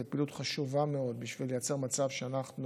פעילות חשובה מאוד בשביל לייצר מצב שאנחנו